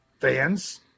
fans